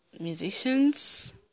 musicians